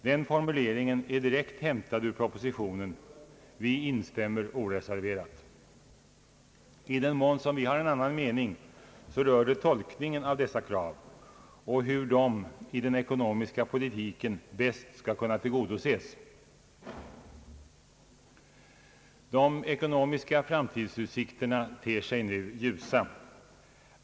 Den formuleringen är direkt hämtad ur propositionen. Vi instämmer oreserverat. I den mån vi har en annan mening rör det tolkningen av dessa krav och hur de i den ekonomiska politiken bäst skall kunna tillgodoses. De ekonomiska framtidsutsikterna ter sig nu ljusa.